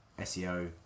seo